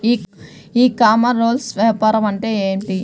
ఈ కామర్స్లో వ్యాపారం అంటే ఏమిటి?